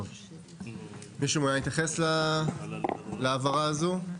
מישהו מעוניין להתייחס להבהרה הזו?